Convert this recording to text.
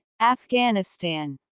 Afghanistan